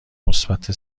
مثبت